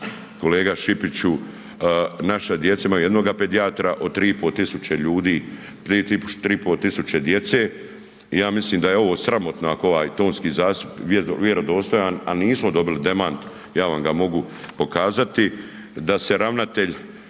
Kolega Šipiću, naša djeca maju jednoga pedijatra od 3.500 ljudi, 3.500 djece ja mislim da je ovo sramotno ako ovaj tonski zapis vjerodostojan, a nismo dobili demant ja vam ga mogu pokazati, da se ravnatelj,